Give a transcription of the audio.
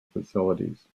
facilities